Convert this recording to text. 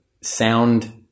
sound